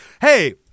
Hey